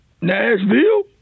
Nashville